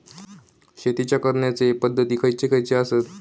शेतीच्या करण्याचे पध्दती खैचे खैचे आसत?